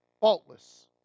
faultless